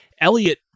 Elliot